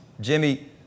Jimmy